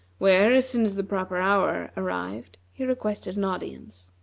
where, as soon as the proper hour arrived, he requested an audience.